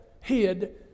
hid